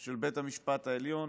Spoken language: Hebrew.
של בית המשפט העליון